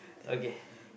okay